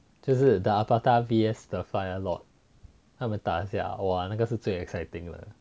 就是 the avatar V_S fire lord 他们打架 !wah! 那个是最 exciting 的